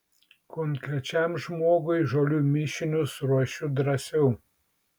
konkrečiam žmogui žolių mišinius ruošiu drąsiau